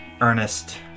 Ernest